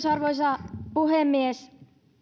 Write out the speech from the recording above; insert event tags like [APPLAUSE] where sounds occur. [UNINTELLIGIBLE] arvoisa puhemies